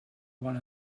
one